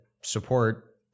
support